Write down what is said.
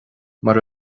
mar